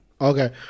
Okay